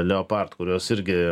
leopard kuriuos irgi